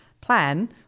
plan